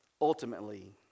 ultimately